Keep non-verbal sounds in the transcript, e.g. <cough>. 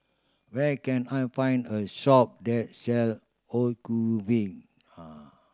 where can I find a shop that sell Ocuvite <hesitation>